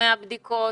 מיקומי הבדיקות,